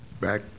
back